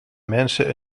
mensen